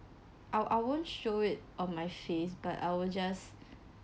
I I wont't show it on my face but I will just